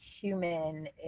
human